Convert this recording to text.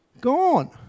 Gone